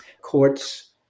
courts